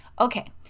Okay